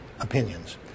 opinions